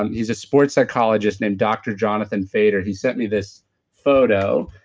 and he's a sports psychologist named dr. johnathan fader. he sent me this photo,